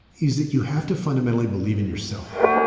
is that you have to fundamentally believe in yourself.